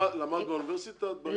למדת באוניברסיטת בר אילן?